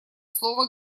слово